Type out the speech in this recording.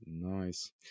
Nice